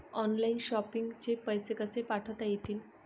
Online shopping चे पैसे कसे पाठवता येतील?